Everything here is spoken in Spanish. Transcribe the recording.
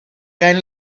caen